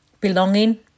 belonging